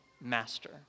master